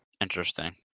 Interesting